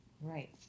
Right